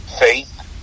faith